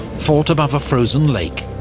fought above a frozen lake.